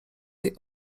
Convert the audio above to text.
jej